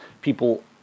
people